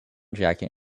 jacket